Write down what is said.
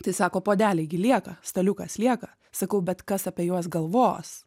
tai sako puodeliai gi lieka staliukas lieka sakau bet kas apie juos galvos